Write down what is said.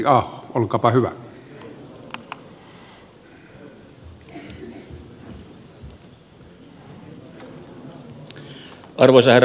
arvoisa herra puhemies